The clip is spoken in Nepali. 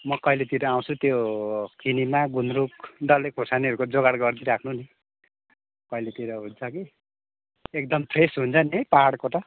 म कहिलेतिर आउँछु त्यो किनामा गुन्द्रुक डल्ले खोर्सानीहरूको जोगाड गरिदिइराख्नु नि कहिलेतिर हुन्छ कि एकदम फ्रेस हन्छ नि पहाडको त